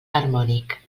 harmònic